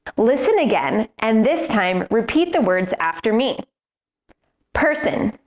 listen again, and this time, repeat the words after me person,